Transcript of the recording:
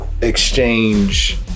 exchange